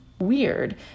weird